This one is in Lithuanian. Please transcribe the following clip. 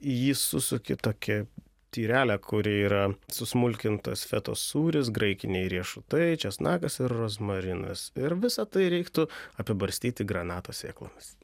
į jį susuki tokią tyrelę kuri yra susmulkintas fetos sūris graikiniai riešutai česnakas ir rozmarinas ir visą tai reiktų apibarstyti granato sėklomis